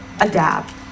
adapt